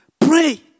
Pray